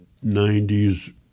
90s